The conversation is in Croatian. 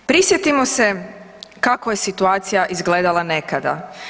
Prisjetimo se kako je situacija izgledala nekada.